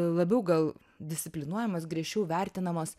labiau gal disciplinuojamos griežčiau vertinamos